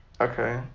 okay